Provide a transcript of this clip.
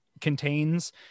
Contains